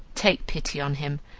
take pity on him,